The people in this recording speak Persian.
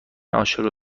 عاشق